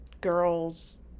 Girls